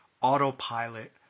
autopilot